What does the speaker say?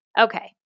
Okay